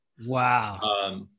Wow